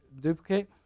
duplicate